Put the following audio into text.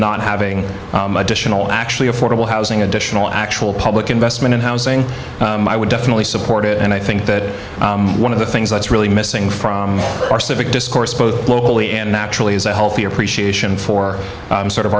not having additional actually affordable housing additional actual public investment in housing i would definitely support it and i think that one of the things that's really missing from our civic discourse both locally and naturally is a healthy appreciation for sort of